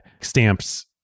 stamps